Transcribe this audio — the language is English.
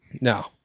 no